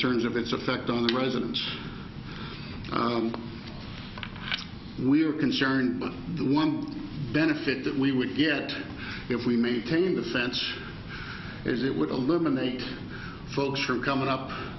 terms of its effect on the residents we are concerned but the one benefit that we would get if we maintain the sense is it would eliminate folks from coming up